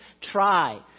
try